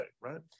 right